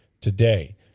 today